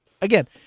again